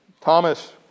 Thomas